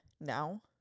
now